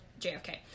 jfk